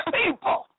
people